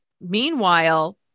Meanwhile